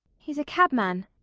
he's a cabman.